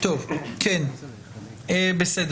מותקנות תקנות אלה: הגדרות בתקנות אלה, "בקשה"